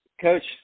coach